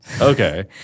Okay